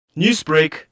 Newsbreak